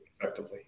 effectively